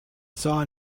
saw